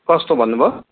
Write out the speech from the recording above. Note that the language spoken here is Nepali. कस्तो भन्नुभयो